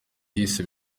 yise